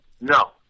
No